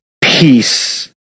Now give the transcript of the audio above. peace